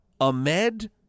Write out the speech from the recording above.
Ahmed